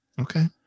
Okay